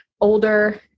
older